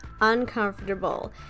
uncomfortable